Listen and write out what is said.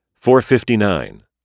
459